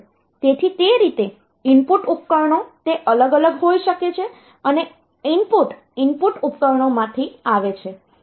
તેથી તે રીતે ઇનપુટ ઉપકરણો તે અલગ અલગ હોઈ શકે છે અને ઇનપુટ ઇનપુટ ઉપકરણોમાંથી આવે છે